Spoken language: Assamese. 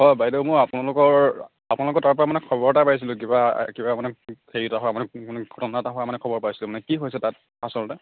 অ' বাইদেউ মই আপোনালোকৰ আপোনালোকৰ তাৰ পৰা মানে খবৰ এটা পাইছিলোঁ কিবা কিবা মানে হেৰি এটা হোৱা মানে ঘটনা এটা হোৱা মানে খবৰ পাইছিলোঁ মানে কি হৈছে মানে তাত আচলতে